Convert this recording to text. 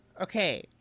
okay